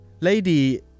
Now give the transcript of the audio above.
Lady